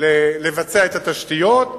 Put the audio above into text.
לבצע את התשתיות,